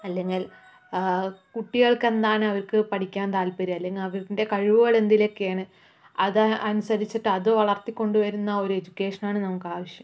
അല്ലെങ്കിൽ കുട്ടികൾക്ക് എന്താണ് അവർക്ക് പഠിക്കാൻ താല്പര്യം അല്ലെങ്കിൽ അവരുടെ കഴിവുകൾ എന്തിലൊക്കെയാണ് അത് അനുസരിച്ചിട്ട് അത് വളർത്തി കൊണ്ട് വരുന്ന ഒരു എഡ്യൂക്കേഷനാണ് നമുക്ക് ആവശ്യം